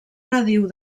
nadiu